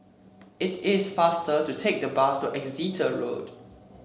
it is faster to take the bus to Exeter Road